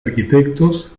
arquitectos